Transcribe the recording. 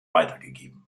weitergegeben